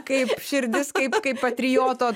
kaip širdis kaip kaip patrioto